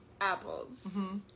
Apples